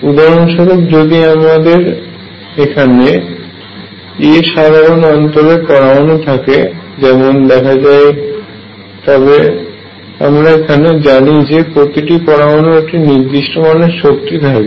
উদাহরণস্বরূপ যদি আমাদের এখানে a সাধারণ অন্তরে পরমাণু থাকে যেমন দেখা যায় তবে আমরা এখানে জানি যে প্রতিটি পরমাণুর একটি নির্দিষ্ট মানের শক্তি থাকে